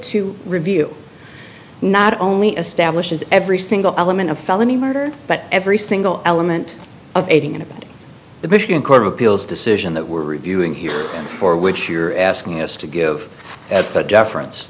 to review not only establishes every single element of felony murder but every single element of aiding and abetting the michigan court of appeals decision that we're reviewing here for which you're asking us to give but deference